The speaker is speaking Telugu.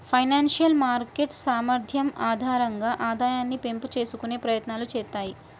ఫైనాన్షియల్ మార్కెట్ సామర్థ్యం ఆధారంగా ఆదాయాన్ని పెంపు చేసుకునే ప్రయత్నాలు చేత్తాయి